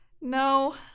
no